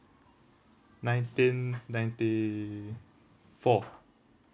nineteen ninety four